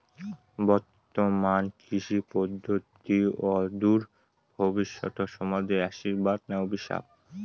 বর্তমান কৃষি পদ্ধতি অদূর ভবিষ্যতে সমাজে আশীর্বাদ না অভিশাপ?